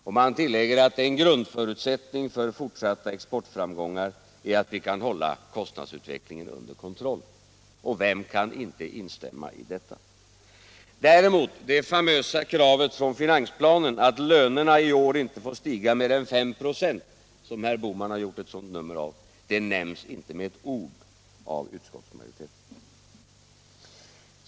Och man tillägger att ”en grundförutsättning” för fortsatta exportframgångar är att vi kan ”hålla kostnadsutvecklingen under kontroll”. Vem kan inte instämma i detta? Det framösta kravet i finansplanen däremot, att lönerna i år inte får stiga med mer än 5 96, som herr Bohman har gjort ett stort nummer av, nämns inte med ett ord av utskottsmajoriteten.